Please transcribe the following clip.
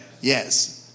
Yes